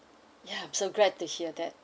ya I'm so glad to hear that